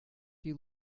you